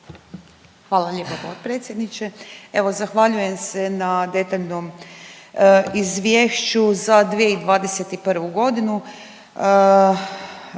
Hvala lijepa potpredsjedniče. Evo zahvaljujem se na detaljnom izvješću za 2021.g.,